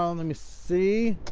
um let me see.